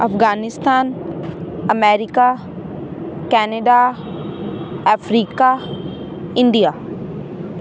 Afghanistan America Canada Africa India